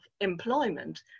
employment